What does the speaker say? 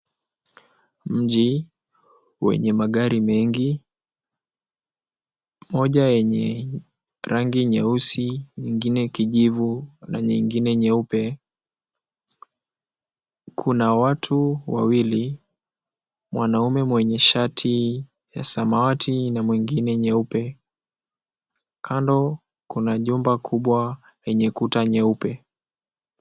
Mji wenye magari mengi, moja yenye rangi nyeusi ingine kijivu na ingine nyeupe. Kuna watu wawili mwanaume mwenye shati ya samawati na mwengine nyeupe. Kando kuna jumba kubwa yenye kuta nyeupe.